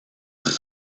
his